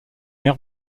mer